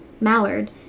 Mallard